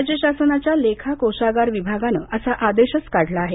राज्य शासनाच्या लेखा कोषागार विभागानं असा आदेशच काढला आहे